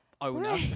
owner